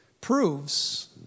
proves